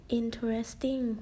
interesting